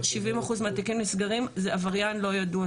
70 אחוז מהתיקים נסגרים בעילה של עבריין לא ידוע.